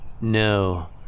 No